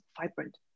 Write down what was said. vibrant